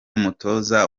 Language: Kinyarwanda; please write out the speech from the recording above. umutoza